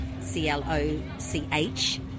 C-L-O-C-H